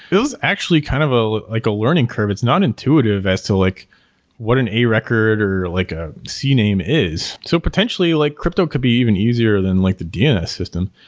it was actually kind of ah like a learning curve. it's not intuitive as to like what an a record, or like a c name is. so potentially, like crypto could be even easier than like the dns system.